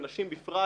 הנשים בפרט,